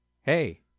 hey